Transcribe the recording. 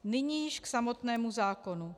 Nyní již k samotnému zákonu.